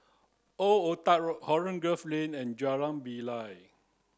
Old Oh Tuck Road Holland Grove Lane and Jalan Bilal